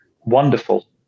wonderful